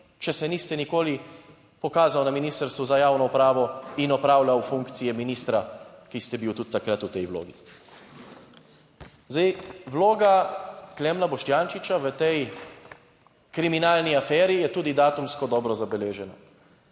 Če se niste nikoli pokazal na Ministrstvu za javno upravo in opravljal funkcije ministra, ki ste bil tudi takrat v tej vlogi. Zdaj, vloga Klemna Boštjančiča v tej kriminalni aferi je tudi datumsko dobro zabeleženo.